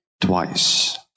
Twice